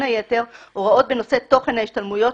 היתר הוראות בנושא תוכן ההשתלמויות,